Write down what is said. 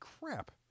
crap